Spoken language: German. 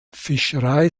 fischerei